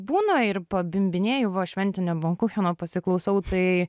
būna ir pabimbinėju va šventinio bankucheno pasiklausau tai